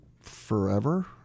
forever